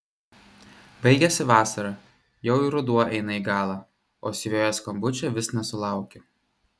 baigėsi vasara jau ir ruduo eina į galą o siuvėjos skambučio vis nesulaukiu